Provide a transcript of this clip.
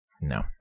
No